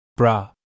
bra